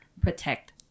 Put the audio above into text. protect